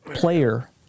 player